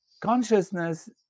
Consciousness